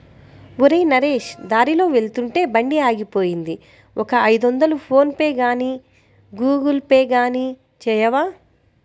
ఒరేయ్ నరేష్ దారిలో వెళ్తుంటే బండి ఆగిపోయింది ఒక ఐదొందలు ఫోన్ పేగానీ గూగుల్ పే గానీ చేయవా